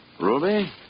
Ruby